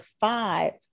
five